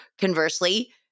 conversely